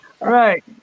Right